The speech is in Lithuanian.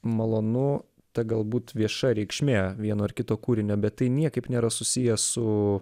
malonu ta galbūt vieša reikšmė vieno ar kito kūrinio bet tai niekaip nėra susiję su